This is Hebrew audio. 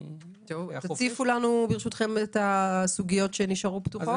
תציפו לנו ברשותכם את הסוגיות שנשארו פתוחות.